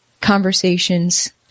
conversations